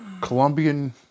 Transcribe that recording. Colombian